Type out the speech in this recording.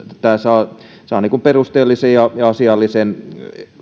tämä saa saa perusteellisen ja asiallisen